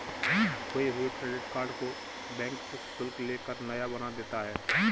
खोये हुए credit card को बैंक कुछ शुल्क ले कर नया बना देता है